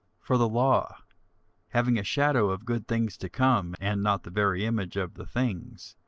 for the law having a shadow of good things to come, and not the very image of the things,